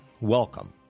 Welcome